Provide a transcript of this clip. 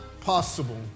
possible